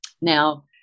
Now